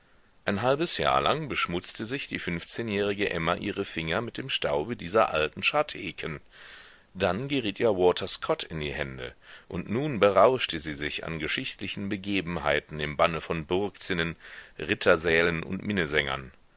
ein halbes jahr lang beschmutzte sich die fünfzehnjährige emma ihre finger mit dem staube dieser alten scharteken dann geriet ihr walter scott in die hände und nun berauschte sie sich an geschichtlichen begebenheiten im banne von burgzinnen rittersälen und minnesängern